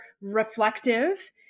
reflective